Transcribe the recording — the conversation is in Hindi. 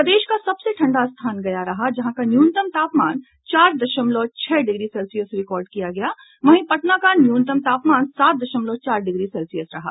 प्रदेश का सबसे ठंडा स्थान गया रहा जहां का न्यूनतम तापमान चार दशमलव छह डिग्री सेल्सियस रिकार्ड किया गया वहीं पटना का न्यूनतम तापमान सात दशमलव चार डिग्री सेल्सियस रहा